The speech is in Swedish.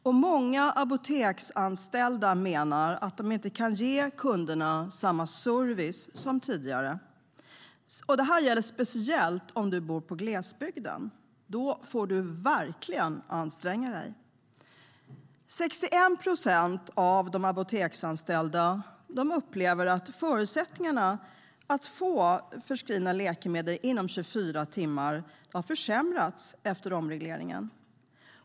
Och många apoteksanställda menar att de inte kan ge kunderna samma service som tidigare. Det gäller speciellt de som bor i glesbygden. Där får man verkligen anstränga sig. 61 procent av de apoteksanställda upplever att förutsättningarna för kunder att få förskrivna läkemedel inom 24 timmar har försämrats efter omregleringen.